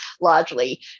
largely